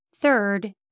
Third